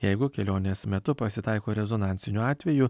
jeigu kelionės metu pasitaiko rezonansinių atvejų